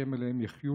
השם עליהם יחיו,